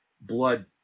blood